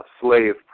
slave